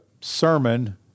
sermon